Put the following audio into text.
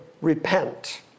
repent